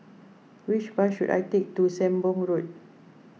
which bus should I take to Sembong Road